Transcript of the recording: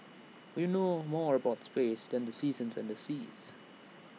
we know more about space than the seasons and the seas